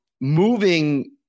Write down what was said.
moving